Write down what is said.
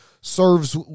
serves